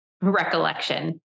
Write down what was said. recollection